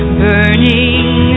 burning